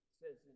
says